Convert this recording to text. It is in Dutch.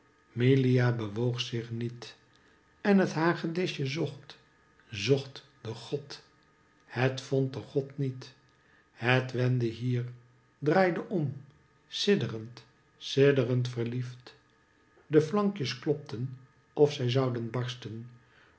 milia bewoog zich niet en het hagedisje zocht zocht den god het vond den god niet het wendde hier draaide om sidderend sidderend verliefd de flankjes klopten of zij zouden barsten